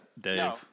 Dave